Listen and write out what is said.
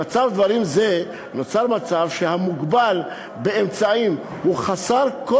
במצב דברים זה נוצר מצב שהמוגבל באמצעים הוא חסר כל